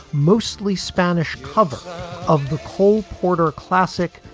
mostly spanish cover of the cole porter classic.